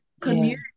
community